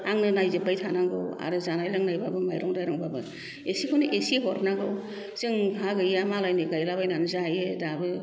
आंनो नायजोबबाय थानांगौ आरो जानाय लोंनायबाबो माइरं दैरंबाबो एसेखौनो एसे हरनांगौ जोंहा गैया मालायनि गायलाबायनानै जायो दाबो